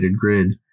grid